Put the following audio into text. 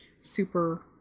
super